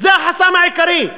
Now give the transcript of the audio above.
זה החסם העיקרי.